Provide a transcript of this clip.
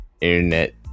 internet